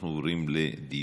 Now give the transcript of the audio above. ואנחנו עוברים לדיון.